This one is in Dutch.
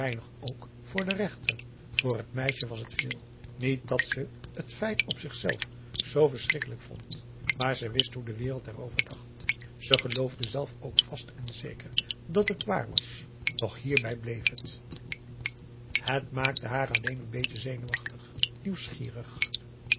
ook voor den rechter voor het meisje was het veel niet dat ze het feit op zichzelf zoo verschrikkelijk vond maar ze wist hoe de wereld er over dacht ze geloofde zelve ook vast en zeker dat het waar was doch hierbij bleef het het maakte haar alleen een beetje zenuwachtig nieuwsgierig